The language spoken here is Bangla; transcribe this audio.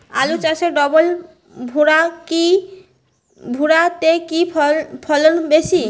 আলু চাষে ডবল ভুরা তে কি ফলন বেশি?